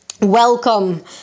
Welcome